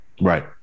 Right